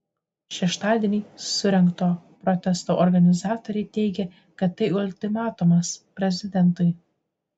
šeštadienį surengto protesto organizatoriai teigė kad tai ultimatumas prezidentui